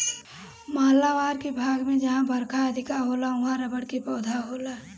मालाबार के भाग में जहां बरखा अधिका होला उहाँ रबड़ के पेड़ होला